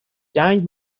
جنگ